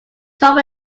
tom